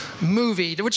movie